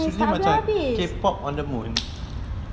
tak habis-habis